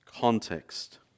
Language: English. context